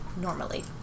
normally